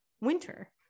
winter